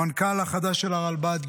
המנכ"ל החדש של הרלב"ד,